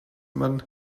man